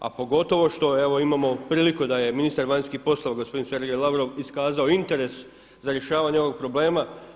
A pogotovo što imamo priliku da je ministar vanjskih poslova gospodin Sergej Lavrov iskazao interes za rješavanje ovog problema.